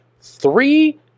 three